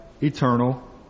eternal